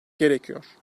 gerekiyor